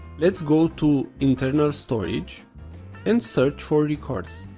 let's go to internal storage and search for records.